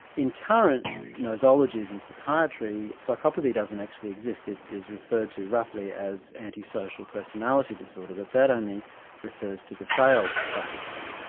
in current nosologies in psychiatry, psychopathy doesn't actually exist it is referred to roughly as antisocial personality disorder, but that only refers to the failed psychopath.